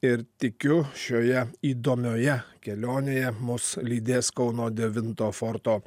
ir tikiu šioje įdomioje kelionėje mus lydės kauno devinto forto